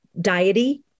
diety